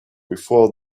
before